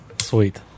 Sweet